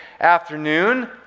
afternoon